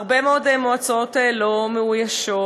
הרבה מאוד מועצות לא מאוישות,